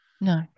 No